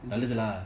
நல்லது:nallathu lah